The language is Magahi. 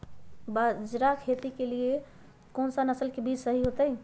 बाजरा खेती के लेल कोन सा नसल के बीज सही होतइ?